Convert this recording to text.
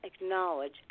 acknowledge